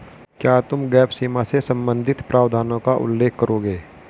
क्या तुम गैप सीमा से संबंधित प्रावधानों का उल्लेख करोगे?